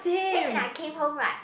then when I came home right